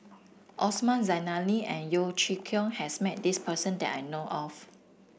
Osman Zailani and Yeo Chee Kiong has met this person that I know of